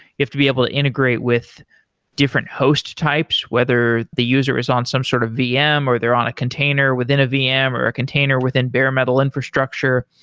you have to be able to integrate with different host types, whether the user is on some sort of vm, or they're on a container within a vm, or a container within bare-metal infrastructure.